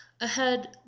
Ahead